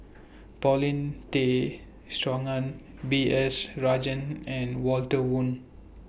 Paulin Tay Straughan B S Rajhans and Walter Woon